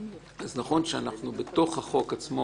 אז נכון שבתוך החוק עצמו